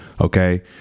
okay